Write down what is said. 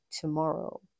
tomorrow